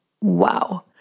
wow